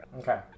Okay